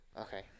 Okay